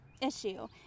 issue